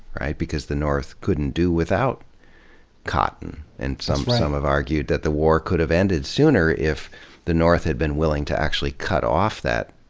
right? because the north couldn't do without cotton and some, some have argued that the war could have ended sooner if the north had been willing to actually cut off that,